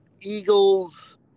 Eagles